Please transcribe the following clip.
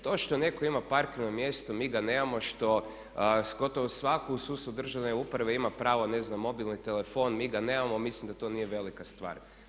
To što netko ima parkirno mjesto, a mi ga nemamo, što gotovo svatko u sustavu državne uprave ima pravo ne znam obilnog telefona a mi ga nemamo mislim da to nije velika stvar.